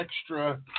extra